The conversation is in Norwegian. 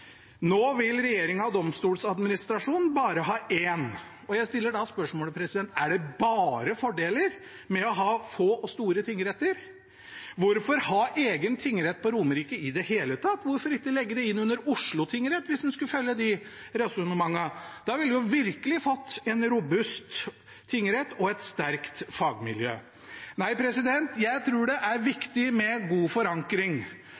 Nå vil regjeringen og Domstoladministrasjonen ha bare én. Jeg stiller da spørsmålet: Er det bare fordeler med å ha få og store tingretter? Hvorfor ha egen tingrett på Romerike i det hele tatt? Hvorfor ikke legge det inn under Oslo tingrett hvis en skulle følge de resonnementene? Da ville vi virkelig fått en robust tingrett og et sterkt fagmiljø. Nei, jeg tror det er viktig med god forankring.